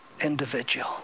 individual